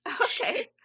Okay